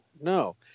no